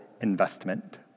investment